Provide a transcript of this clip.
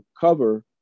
cover